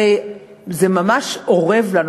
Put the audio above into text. הרי זה ממש אורב לנו,